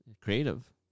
creative